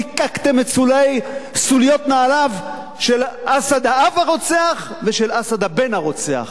ליקקתם את סוליות נעליו של אסד האב הרוצח ושל אסד הבן הרוצח.